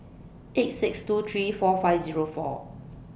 eight six two three four five Zero four